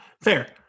fair